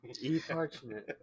E-parchment